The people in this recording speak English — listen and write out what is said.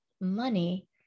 money